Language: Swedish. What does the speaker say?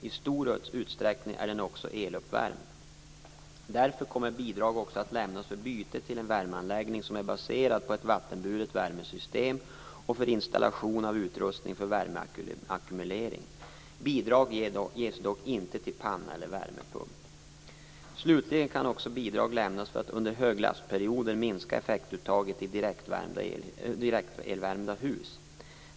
I stor utsträckning är den också eluppvärmd. Därför kommer bidrag också att lämnas för byte till en värmeanläggning som är baserad på ett vattenburet värmesystem och för installation av utrustning för värmeackumulering. Bidraget ges dock inte till panna eller värmepump. Slutligen kan också bidrag lämnas för att under höglastperioder minska effektuttaget i direktelvärmda hus.